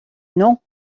nom